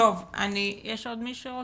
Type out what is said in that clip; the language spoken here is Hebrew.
עוד מישהו רוצה?